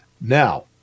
Now